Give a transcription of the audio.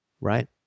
Right